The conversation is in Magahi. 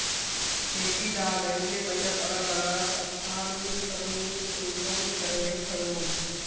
खेती डा बैंकेर बचत अलग अलग स्थानंतरण कुंसम करे करूम?